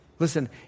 Listen